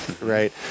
Right